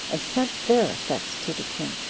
and sent their effects to the king.